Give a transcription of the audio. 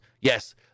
Yes